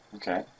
Okay